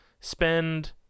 spend